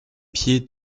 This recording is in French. pieds